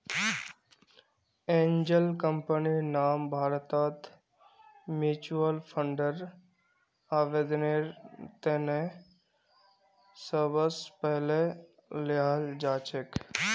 angel कम्पनीर नाम भारतत म्युच्युअल फंडर आवेदनेर त न सबस पहले ल्याल जा छेक